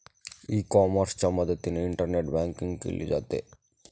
E कॉमर्सच्या मदतीने internet banking केले जाते